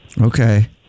Okay